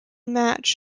match